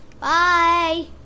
Bye